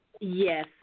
Yes